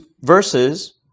verses